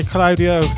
Claudio